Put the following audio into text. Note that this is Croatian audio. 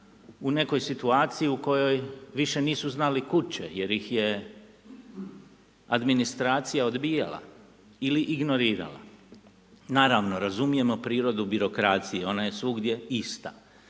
u nekoj situaciji u kojoj višu nisu znali kud' će, jer ih je administracija odbijala ili ignorirala, naravno razumijemo prirodu birokracije, ona je svugdje ista,